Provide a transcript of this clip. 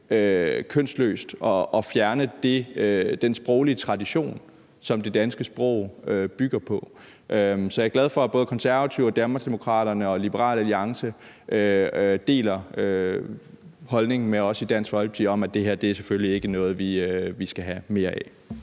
kønsløst og fjerne den sproglige tradition, som det danske sprog bygger på. Så jeg er glad for, at både Konservative, Danmarksdemokraterne og Liberal Alliance deler holdningen med os i Dansk Folkeparti om, at det her selvfølgelig ikke er noget, vi skal have mere af.